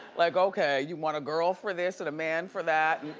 like okay, you want a girl for this and a man for that.